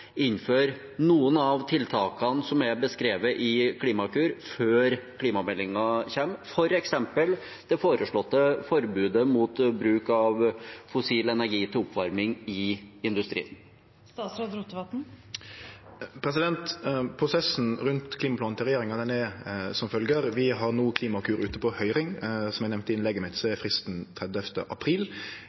innføre noen av tiltakene som er beskrevet i Klimakur 2030, før klimameldingen kommer, f.eks. det foreslåtte forbudet mot bruk av fossil energi til oppvarming i industrien? Prosessen rundt klimaplanen til regjeringa er som følgjer: Vi har no Klimakur ute på høyring, og som eg nemnde i innlegget mitt, er fristen 30. april.